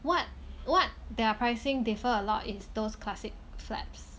what what their are pricing differ a lot it's those classic flaps